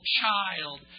child